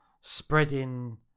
spreading